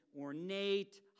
ornate